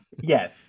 yes